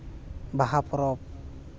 ᱵᱟᱦᱟ ᱯᱚᱨᱚᱵᱽ